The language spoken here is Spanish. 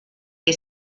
que